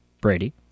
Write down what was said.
Brady